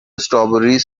strawberries